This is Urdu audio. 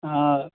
ہاں